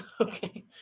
Okay